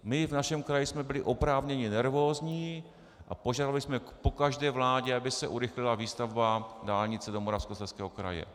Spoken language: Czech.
My v našem kraji jsme byli oprávněně nervózní a požadovali jsme po každé vládě, aby se urychlila výstavba dálnice do Moravskoslezského kraje.